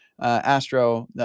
Astro